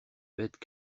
bêtes